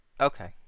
Okay